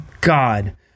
God